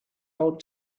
old